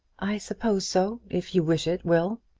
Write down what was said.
i suppose so if you wish it, will.